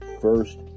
first